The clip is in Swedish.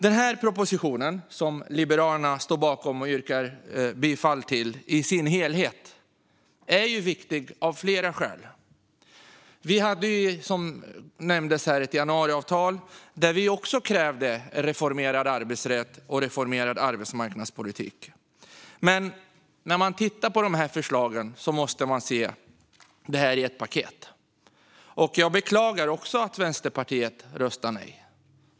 Den här propositionen, som Liberalerna står bakom och yrkar bifall till i dess helhet, är viktig av flera skäl. Vi hade, som nämndes här, ett januariavtal där vi också krävde reformerad arbetsrätt och reformerad arbetsmarknadspolitik. Men när man tittar på de här förslagen måste man se det här som ett paket, och jag beklagar också att Vänsterpartiet röstar nej.